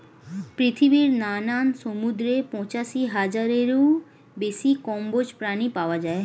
পৃথিবীর নানান সমুদ্রে পঁচাশি হাজারেরও বেশি কম্বোজ প্রাণী পাওয়া যায়